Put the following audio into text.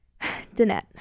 Danette